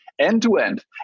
end-to-end